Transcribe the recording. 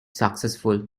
successful